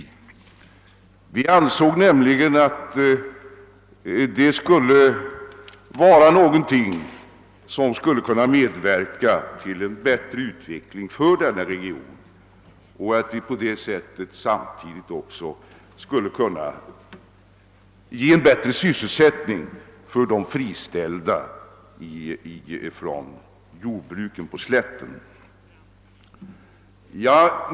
Vi ansåg nämligen att en sådan skulle kunna medverka till en bättre utveckling för denna region och att vi på det sättet samtidigt skulle kunna ge sysselsättning åt dem som friställts från jordbruken på Varaslätten.